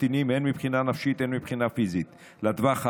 קטינים הן מבחינה נפשית והן מבחינה פיזית לטווח הארוך,